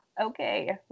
Okay